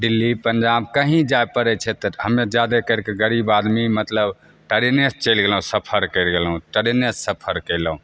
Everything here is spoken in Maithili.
दिल्ली पंजाब कहीँ जाइ पड़ै छै तऽ हमे जादे करिके गरीब आदमी मतलब ट्रेनेसे चलि गेलहुँ सफर करि गेलहुँ ट्रेनेसे सफर कएलहुँ